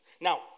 Now